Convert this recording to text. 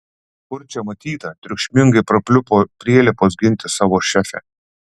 kur čia matyta triukšmingai prapliupo prielipos ginti savo šefę